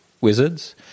wizards